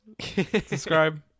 subscribe